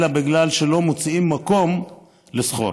אלא בגלל שלא מוצאים מקום לשכור,